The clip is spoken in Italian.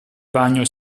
bagno